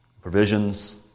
Provisions